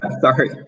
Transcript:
Sorry